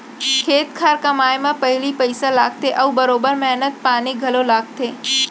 खेत खार कमाए म पहिली पइसा लागथे अउ बरोबर मेहनत पानी घलौ लागथे